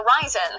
Horizon